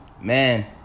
Man